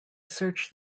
search